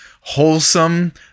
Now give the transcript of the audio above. wholesome